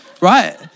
Right